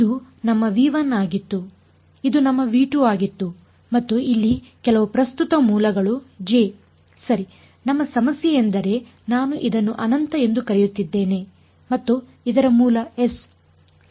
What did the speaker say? ಇದು ನಮ್ಮ ಆಗಿತ್ತು ಇದು ನಮ್ಮ ಆಗಿತ್ತು ಮತ್ತು ಇಲ್ಲಿ ಕೆಲವು ಪ್ರಸ್ತುತ ಮೂಲಗಳು J ಸರಿ ನಮ್ಮ ಸಮಸ್ಯೆಯೆಂದರೆ ನಾನು ಇದನ್ನು ಅನಂತ ಎಂದು ಕರೆಯುತ್ತಿದ್ದೇನೆ ಮತ್ತು ಇದರ ಮೂಲ s ಸರಿ